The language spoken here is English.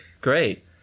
Great